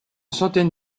centaine